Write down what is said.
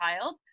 child